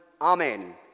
amen